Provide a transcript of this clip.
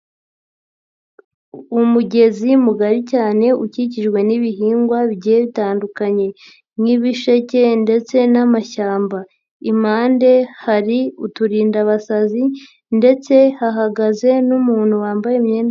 Umugezi mugari cyane ukikijwe n'ibihingwa bigiye bitandukanye, nk'ibisheke ndetse n'amashyamba, impande hari uturindabasazi ndetse hahagaze n'umuntu wambaye imyenda.